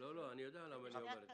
אני יודע למה אני אומר את זה.